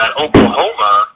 Oklahoma –